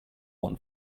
one